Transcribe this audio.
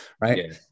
right